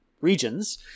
regions